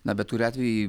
na bet kuriuo atveju